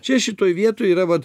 čia šitoj vietoj yra vot